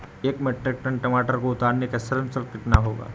एक metric tonne टमाटर को उतारने का श्रम शुल्क कितना होगा?